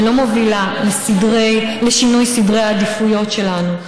ולא מובילה לשינוי סדרי העדיפויות שלנו.